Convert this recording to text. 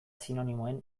sinonimoen